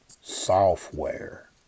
software